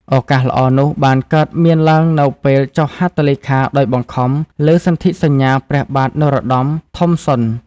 ឱកាសល្អនោះបានកើតមានឡើងនៅពេលចុះហត្ថលេខាដោយបង្ខំលើសន្ធិសញ្ញាព្រះបាទនរោត្តម ថុំសុន។